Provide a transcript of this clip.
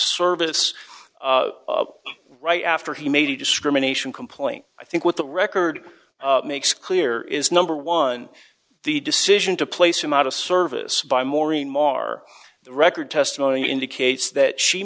service right after he made a discrimination complaint i think with the record makes clear is number one the decision to place him out of service by maureen maher record testimony indicates that she